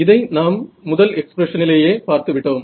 இதை நாம் முதல் எக்ஸ்பிரஷன் யிலேயே பார்த்துவிட்டோம்